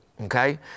okay